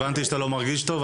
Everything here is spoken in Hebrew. הבנתי שאתה לא מרגיש טוב,